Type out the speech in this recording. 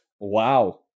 Wow